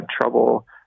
trouble